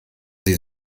sie